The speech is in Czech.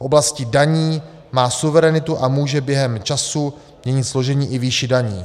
V oblasti daní má suverenitu a může během času měnit složení i výši daní.